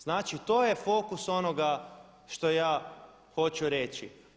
Znači to je fokus onoga što ja hoću reći.